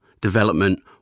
development